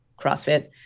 CrossFit